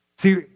See